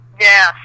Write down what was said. Yes